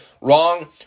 wrong